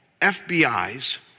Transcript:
FBIs